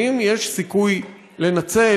האם יש סיכוי לנצל,